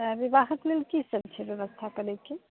विवाहक लेल की सभ छै व्यवस्था करैके